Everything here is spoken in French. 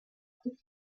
prés